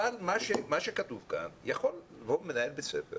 אבל מה שכתוב כאן יכול מנהל בית ספר